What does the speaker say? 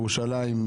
ירושלים,